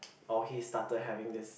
or he started having this